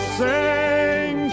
sing